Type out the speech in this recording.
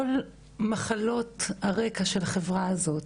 כל מחלות הרקע של החברה הזאת,